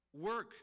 work